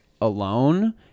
alone